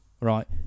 right